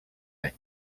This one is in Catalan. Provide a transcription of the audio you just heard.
anys